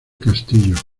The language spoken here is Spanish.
castillo